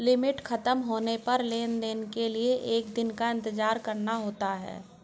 limit खत्म होने पर लेन देन के लिए एक दिन का इंतजार करना होता है